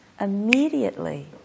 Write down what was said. immediately